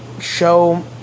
show